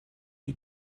you